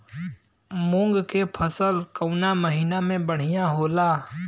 मुँग के फसल कउना महिना में बढ़ियां होला?